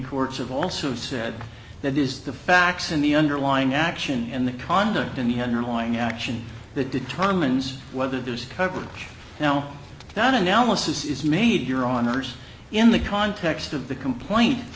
courts have also said that is the facts in the underlying action and the conduct in the underlying action that determines whether there's coverage now that analysis is made your honour's in the context of the complaint